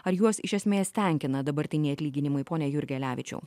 ar juos iš esmės tenkina dabartiniai atlyginimai pone jurgelevičiau